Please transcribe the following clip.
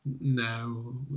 no